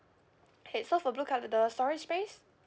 ka so for blue colour the storage space